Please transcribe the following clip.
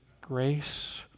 grace